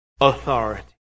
authority